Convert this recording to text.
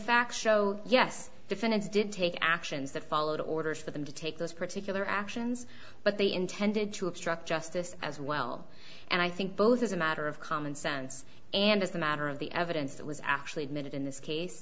facts show yes defendants did take actions that followed orders for them to take those particular actions but they intended to obstruct justice as well and i think both as a matter of common sense and as a matter of the evidence that was actually admitted in this case